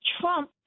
Trump